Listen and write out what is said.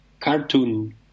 cartoon